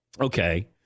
Okay